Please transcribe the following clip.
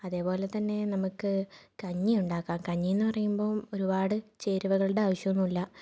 അതേപോലെതന്നെ നമുക്ക് കഞ്ഞിയുണ്ടാക്കാം കഞ്ഞി എന്ന് പറയുമ്പോൾ ഒരുപാട് ചേരുവകളുടെ ആവശ്യം ഒന്നുമില്ല